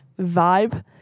vibe